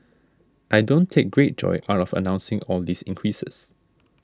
I don't take great joy out of announcing all these increases